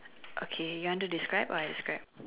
okay you want to describe or I describe